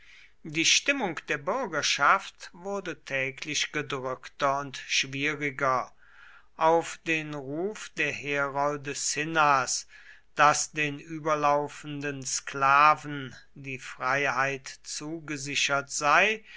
die stimmung der bürgerschaft wurde täglich gedrückter und schwieriger auf den ruf der herolde cinnas daß den überlaufenden sklaven die freiheit zugesichert sei